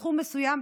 סכום מסוים.